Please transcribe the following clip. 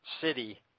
city